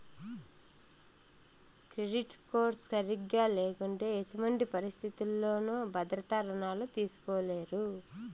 credit score సరిగా లేకుంటే ఎసుమంటి పరిస్థితుల్లోనూ భద్రత రుణాలు తీస్కోలేరు